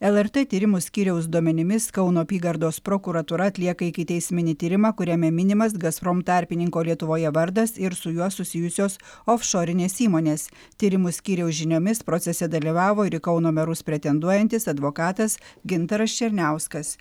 lrt tyrimų skyriaus duomenimis kauno apygardos prokuratūra atlieka ikiteisminį tyrimą kuriame minimas gazprom tarpininko lietuvoje vardas ir su juo susijusios ofšorinės įmonės tyrimų skyriaus žiniomis procese dalyvavo ir į kauno merus pretenduojantis advokatas gintaras černiauskas